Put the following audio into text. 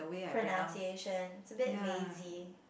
pronunciation it's a bit lazy